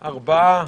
ארבעה.